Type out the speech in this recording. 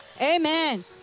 amen